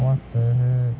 what the heck